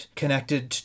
connected